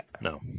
No